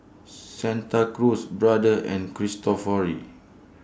Santa Cruz Brother and Cristofori